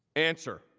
answer,